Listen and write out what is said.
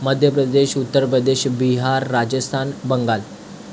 Madhya Pradesh Uttar Pradesh Bihar Rajasthan Bengal